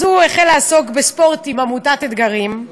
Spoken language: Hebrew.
אז הוא החל לעסוק בספורט עם עמותת "אתגרים",